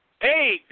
Hey